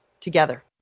together